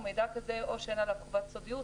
מידע כזה או שאין עליו חובת הסודיות,